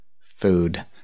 food